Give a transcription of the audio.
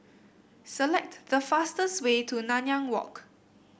select the fastest way to Nanyang Walk